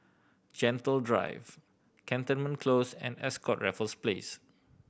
Gentle Drive Cantonment Close and Ascott Raffles Place